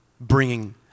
bringing